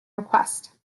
request